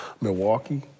Milwaukee